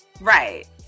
right